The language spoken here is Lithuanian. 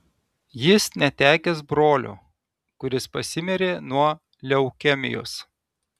jis netekęs brolio kuris pasimirė nuo leukemijos